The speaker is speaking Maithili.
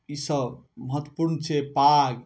ई सब महत्वपूर्ण छै पाग